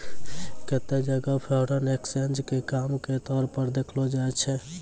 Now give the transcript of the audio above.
केत्तै जगह foreign exchange के काम के तौर पर देखलो जाय छै